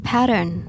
Pattern